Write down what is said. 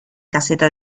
caseta